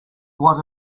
what